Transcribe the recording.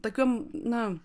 tokiom na